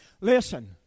Listen